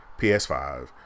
ps5